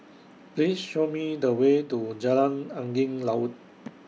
Please Show Me The Way to Jalan Angin Laut